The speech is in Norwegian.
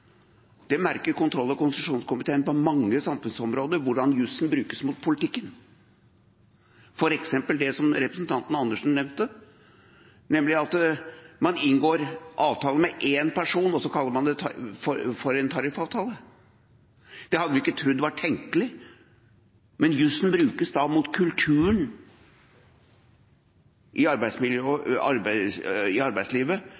kontroll- og konstitusjonskomiteen merker på mange samfunnsområder hvordan jusen brukes mot politikken, f.eks. i det som representanten Andersen nevnte, nemlig at man inngår avtale med én person, og så kaller man det en tariffavtale. Det hadde vi ikke trodd var tenkelig, men jusen brukes da mot kulturen i arbeidslivet